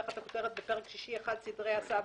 תחת הכותרת "בפרק שישי 1: סדרי הסעה